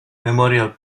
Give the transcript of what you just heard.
memorial